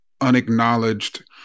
unacknowledged